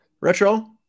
Retro